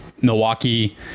Milwaukee